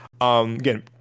Again